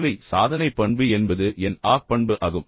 தேவை சாதனை பண்பு என்பது என் ஆக் பண்பு ஆகும்